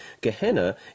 Gehenna